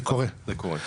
זה קורה,